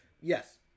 Yes